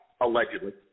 allegedly –